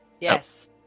Yes